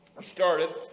started